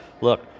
Look